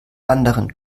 anderen